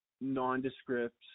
nondescript